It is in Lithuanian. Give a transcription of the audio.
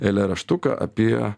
eilėraštuką apie